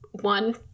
one